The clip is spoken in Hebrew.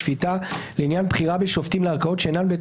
השפיטה לעניין בחירה בשופטים לערכאות שאינן בית